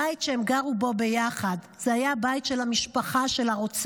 הבית שהם גרו בו ביחד היה הבית של המשפחה של הרוצח,